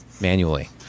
manually